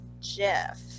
Jeff